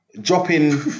dropping